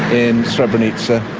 in srebrenica.